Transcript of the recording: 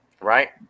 Right